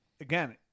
Again